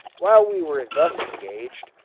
while we were thus engaged,